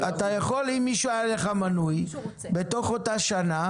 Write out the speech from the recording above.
--- אם מישהו היה לך מנוי בתוך אותה שנה,